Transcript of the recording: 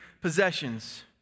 possessions